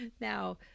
Now